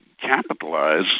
capitalize